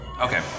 Okay